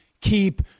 keep